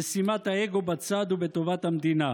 בשימת האגו בצד ובטובת המדינה.